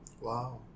Wow